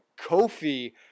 Kofi